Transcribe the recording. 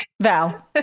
Val